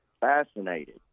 fascinated